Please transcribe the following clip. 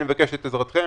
אני מבקש את עזרתכם,